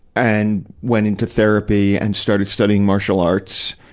and went into therapy and started studying martial arts.